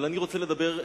אבל אני רוצה לדבר,